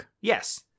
Yes